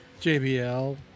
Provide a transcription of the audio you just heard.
JBL